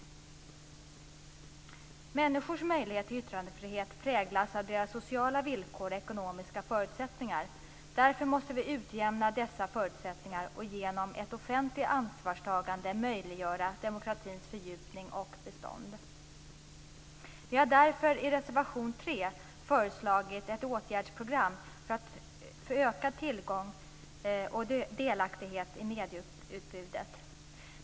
Människors möjlighet till yttrandefrihet präglas av deras sociala villkor och ekonomiska förutsättningar. Därför måste vi utjämna dessa förutsättningar och genom ett offentligt ansvarstagande möjliggöra demokratins fördjupning och fortbestånd. Vi har därför i reservation 3 föreslagit ett åtgärdsprogram för ökad tillgång och delaktighet i medieutbudet.